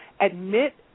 Admit